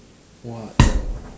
!wah!